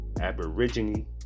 Aborigine